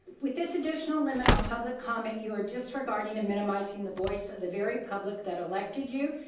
with this additional limit on public comment, you are disregarding and minimizing the voice of the very public that elected you,